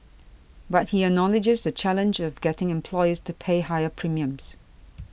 but he acknowledges the challenge of getting employers to pay higher premiums